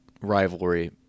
rivalry